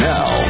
Now